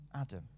Adam